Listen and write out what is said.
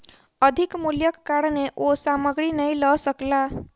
अधिक मूल्यक कारणेँ ओ सामग्री नै लअ सकला